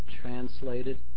translated